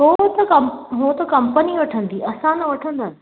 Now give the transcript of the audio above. हो त कं हो त कम्पनी वठंदी असां न वठंदासीं